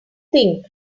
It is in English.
think